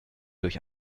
durch